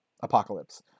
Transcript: apocalypse